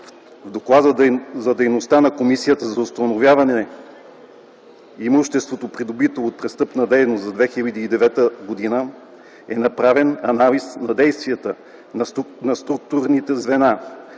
В Доклада за дейността на комисията за установяване имущество, придобито от престъпна дейност за 2009 г. е направен анализ на действията на структурните звена,